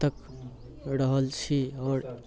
तक रहल छी आओर